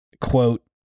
quote